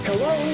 Hello